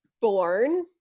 born